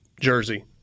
jersey